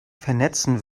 vernetzen